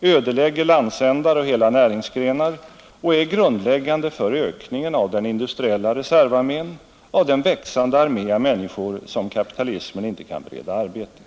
ödelägger landsändar och hela näringsgrenar och är grundläggande för ökningen av den industriella reservarmén, av den växande armé av människor som kapitalismen inte kan bereda arbete.